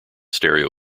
stereo